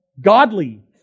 godly